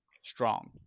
strong